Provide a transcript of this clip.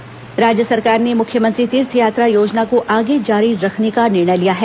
तीर्थयात्रा योजना राज्य सरकार ने मुख्यमंत्री तीर्थयात्रा योजना को आगे जारी रखने का निर्णय लिया है